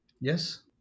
Yes